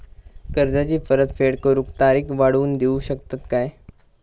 कर्जाची परत फेड करूक तारीख वाढवून देऊ शकतत काय?